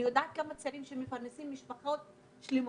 אני יודעת על כמה צעירים שמפרנסים משפחות שלמות.